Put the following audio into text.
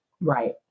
Right